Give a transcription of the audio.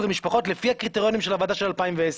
משפחות על פי הקריטריונים של הוועדה של אלפיים ועשר.